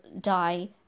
die